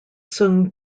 seung